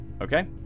Okay